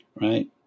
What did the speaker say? Right